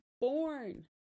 born